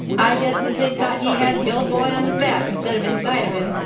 i guess the pig thought he had the old boy on his back instead of inside of him.